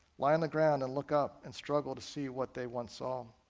lie on the ground and look up, and struggle to see what they once saw.